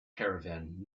caravan